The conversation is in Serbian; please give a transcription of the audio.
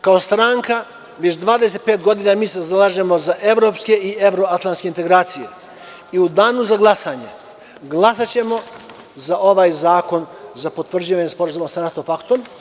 Kao stranka, već 25 godina mi se zalažemo za evropske i evroatlantske integracije i u Danu za glasanje glasaćemo za ovaj zakon za potvrđivanje Sporazuma sa NATO paktom.